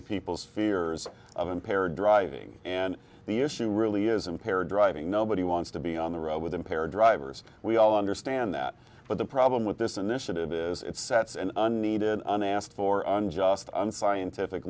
to people's fears of impaired driving and the issue really is impaired driving nobody wants to be on the road with impaired drivers we all understand that but the problem with this initiative is it sets an unneeded unasked for unjust unscientific